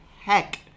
heck